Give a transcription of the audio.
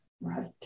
Right